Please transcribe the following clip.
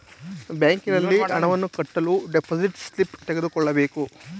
ಬ್ಯಾಂಕಿನಲ್ಲಿ ಹಣವನ್ನು ಕಟ್ಟಲು ಡೆಪೋಸಿಟ್ ಸ್ಲಿಪ್ ತೆಗೆದುಕೊಳ್ಳಬೇಕು